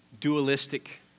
dualistic